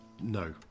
no